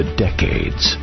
Decades